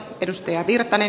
arvoisa puhemies